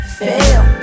fail